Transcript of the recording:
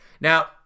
Now